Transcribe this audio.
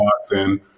Watson